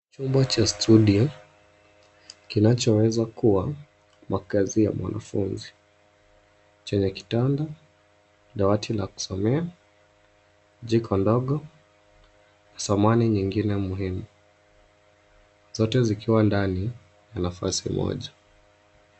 Chumba cha studio kinachoweza kuwa makazi ya mwanafunzi. Chenye kitanda, dawati la kusomea, jiko dogo na samani nyingine muhimu. Zote zikiwa ndani kwa nafasi moja.